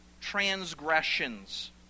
transgressions